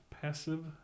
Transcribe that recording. Passive